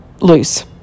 loose